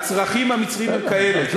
הצרכים המצריים הם כאלה,